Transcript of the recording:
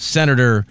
senator